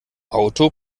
auto